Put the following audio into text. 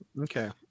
Okay